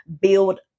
build